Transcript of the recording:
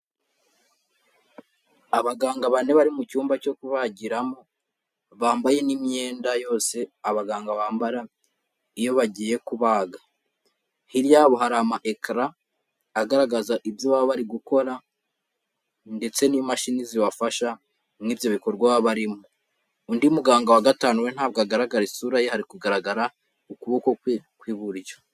Abaganga bane bari mu cyumba cyo kubagiramo, bambaye n'imyenda yose abaganga bambara, iyo bagiye kubaga. Hirya yabo hari ama ekara, agaragaza ibyo baba bari gukora, ndetse n'imashini zibafasha, muri ibyo bikorwa baba barimo. Undi muganga wa gatanu we ntabwo agaragara isura ye hari kugaragara ukuboko kwe kw'iburyo.